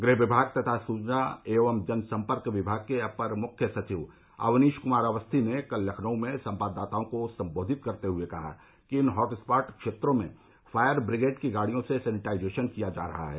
गृह विभाग तथा सूचना एवं जनसम्पर्क विभाग के अपर मुख्य सचिव अवनीश कुमार अवस्थी ने कल लखनऊ में संवाददाताओं को सम्बोधित करते हुए कहा कि इन हॉटस्पॉट क्षेत्रों में फायर ब्रिगेड की गाड़ियों से सैनिटाइजेशन किया जा रहा है